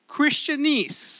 Christianese